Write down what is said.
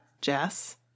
Jess